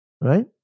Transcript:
right